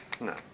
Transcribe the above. No